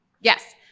Yes